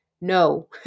no